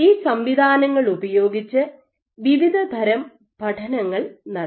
ഈ സംവിധാനങ്ങൾ ഉപയോഗിച്ച് വിവിധതരം പഠനങ്ങൾ നടത്തി